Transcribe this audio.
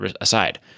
aside